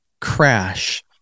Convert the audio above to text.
crash